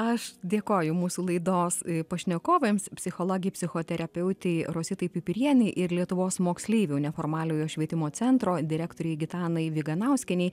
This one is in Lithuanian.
aš dėkoju mūsų laidos pašnekovėms psichologei psichoterapeutei rosita pipirienei ir lietuvos moksleivių neformaliojo švietimo centro direktorei gitanai viganauskienei